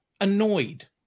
annoyed